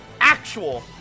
actual